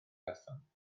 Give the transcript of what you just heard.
person